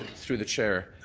through the chair,